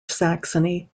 saxony